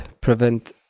prevent